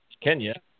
Kenya